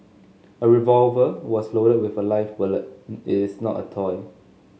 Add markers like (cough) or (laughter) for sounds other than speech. a revolver was loaded with a live bullet (hesitation) is not a toy